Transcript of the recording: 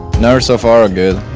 nerves so far good.